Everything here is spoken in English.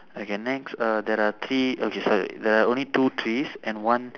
okay next err there are three okay sorry there are only two trees and one